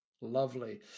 Lovely